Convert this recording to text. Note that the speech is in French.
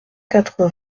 quatre